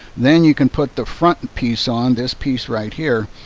then you can put the front piece on. this piece right here